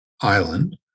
island